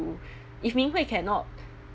if ming hui cannot